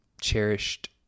cherished